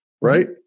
right